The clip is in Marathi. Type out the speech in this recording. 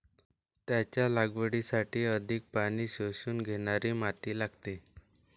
त्याच्या लागवडीसाठी अधिक पाणी शोषून घेणारी माती लागते